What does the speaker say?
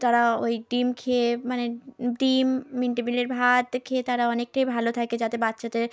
তারা ওই ডিম খেয়ে মানে ডিম মিড ডে মিলের ভাত খেয়ে তারা অনেকটাই ভালো থাকে যাতে বাচ্চাদের